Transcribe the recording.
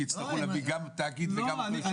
כי הצטרכו להביא גם תאגיד וגם --- יש